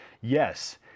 yes